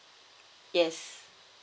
yes